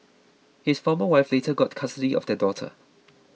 his former wife later got custody of their daughter